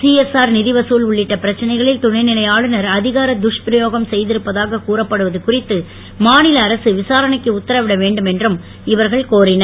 CSR நிதி வசூல் உள்ளிட்ட பிரச்சனைகளில் துணைநிலை ஆளுனர் அதிகார துஷ்பிரயோகம் செய்திருப்பதாகக் கூறப்படுவது குறித்து மாநில அரசு விசாரணைக்கு உத்தரவிட வேண்டும் என்றும் இவர்கள் கோரினர்